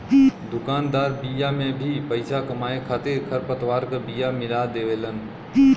दुकानदार बिया में भी पईसा कमाए खातिर खरपतवार क बिया मिला देवेलन